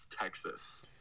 Texas